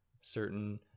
certain